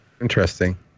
Interesting